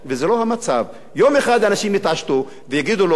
יום אחד אנשים יתעשתו ויגידו לו: ביי-ביי ולא